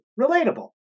Relatable